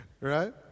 Right